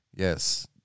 Yes